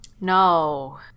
No